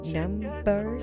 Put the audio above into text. number